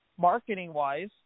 marketing-wise